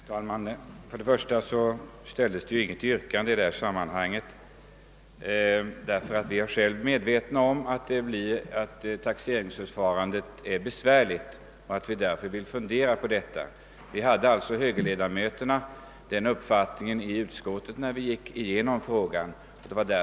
Herr talman! För det första ställde jag ju inget yrkande. Vi högerledamöter i utskottet är själva medvetna om att taxeringsförfarandet beträffande fastigheter är besvärligt och önskade därför fundera på saken. Av den anledningen framförde vi bara vår uppfattning i ett särskilt yttrande.